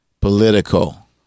political